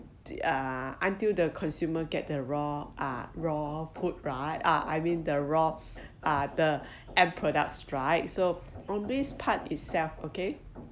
the uh until the consumer get their raw uh raw food right I mean the raw uh the end products dried so on this part itself okay